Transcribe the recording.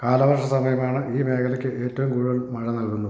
കാലവർഷ സമയമാണ് ഈ മേഖലയ്ക്ക് ഏറ്റവും കൂടുതൽ മഴ നൽകുന്നത്